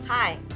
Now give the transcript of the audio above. Hi